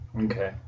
Okay